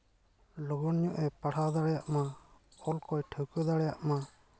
ᱞᱚᱜᱚᱱ ᱧᱚᱜ ᱮ ᱯᱟᱲᱦᱟᱣ ᱫᱟᱲᱮᱭᱟᱜ ᱢᱟ ᱚᱞ ᱠᱚᱭ ᱴᱷᱟᱹᱣᱠᱟᱹ ᱫᱟᱲᱮᱭᱟᱜ ᱢᱟ